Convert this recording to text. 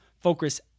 focus